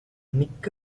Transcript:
மிக்க